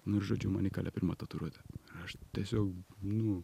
nu ir žodžiu man įkalė pirmą tatuiruotę aš tiesiog nu